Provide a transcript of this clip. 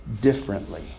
differently